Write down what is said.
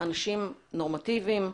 אנשים נורמטיביים.